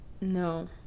No